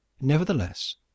nevertheless